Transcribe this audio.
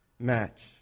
Match